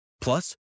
Plus